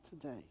today